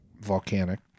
volcanic